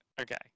Okay